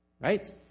Right